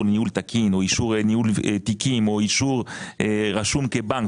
ניהול תקין או אישור ניהול תיקים או אישור רשום כבנק.